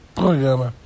programa